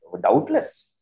Doubtless